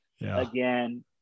again